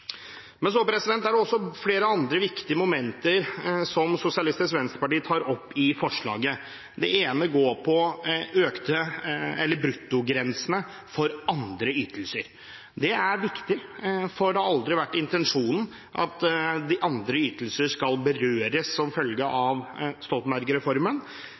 Men så er det også flere andre viktige momenter som Sosialistisk Venstreparti tar opp i forslaget. Det ene går på bruttogrensene for andre ytelser. Det er viktig, for det har aldri vært intensjonen at andre ytelser skal berøres som følge av